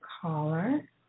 caller